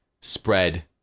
spread